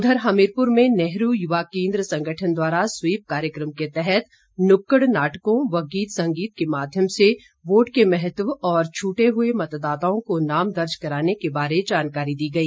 उधर हमीरपुर में नेहरू युवा केन्द्र संगठन द्वारा स्वीप कार्यकम के तहत नुक्कड़ नाटकों व गीत संगीत के माध्यम से वोट के महत्व और छुटे मतदाताओं को नाम दर्ज कराने के बारे जानकारी दी गई